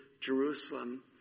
Jerusalem